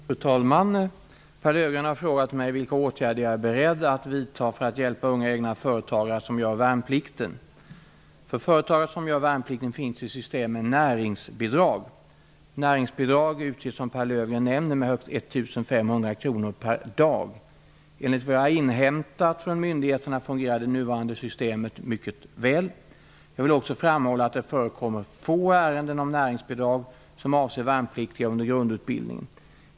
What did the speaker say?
Fru talman! Pehr Löfgreen har frågat mig vilka åtgärder jag är beredd att vidta för att hjälpa unga egna företagare som gör värnplikten. För företagare som gör värnplikten finns ett system med näringsbidrag. Näringsbidrag utges, som Pehr Enligt vad jag har inhämtat från myndigheterna fungerar det nuvarande systemet mycket väl. Jag vill också framhålla att det förekommer få ärenden om näringsbidrag som avser värnpliktiga under grundutbildningen.